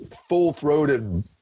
full-throated